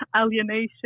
alienation